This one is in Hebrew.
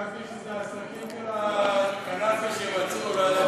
חשבתי שזאת השקית של הקנאביס שמצאו אולי,